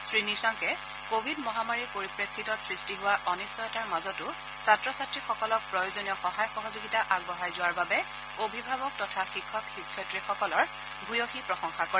শ্ৰী নিশাংকে কোভিড মহামাৰীৰ পৰিপ্ৰেক্ষিতত সৃষ্টি হোৱা অনিশ্চয়তাৰ মাজতো ছাত্ৰ ছাত্ৰীসকলৰ প্ৰয়োজনীয় সহায় সহযোগিতা আগবঢ়াই যোৱাৰ বাবে অভিভাৱক তথা শিক্ষক শিক্ষয়িত্ৰীসকলৰ ভূয়সী প্ৰশংসা কৰে